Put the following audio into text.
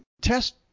test